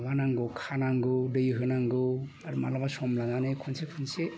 माबा नांगौ खानांगौ दै होनांगौ आर माब्लाबा सम लानानै खनसे खनसे